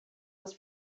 was